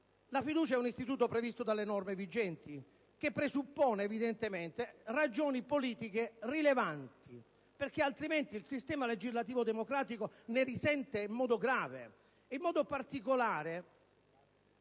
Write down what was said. È questo un istituto previsto dalle norme vigenti che presuppone evidentemente ragioni politiche rilevanti, perché altrimenti il sistema legislativo democratico ne risente in modo grave. In modo particolare,